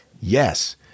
Yes